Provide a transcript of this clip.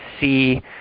see